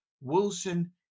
Wilson